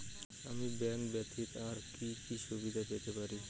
আমি ব্যাংক ব্যথিত আর কি কি সুবিধে পেতে পারি?